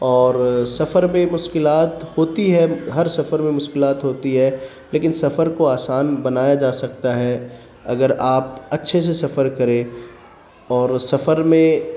اور سفر میں مشکلات ہوتی ہے ہر سفر میں مشکلات ہوتی ہے لیکن سفر کو آسان بنایا جا سکتا ہے اگر آپ اچھے سے سفر کریں اور سفر میں